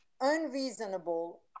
unreasonable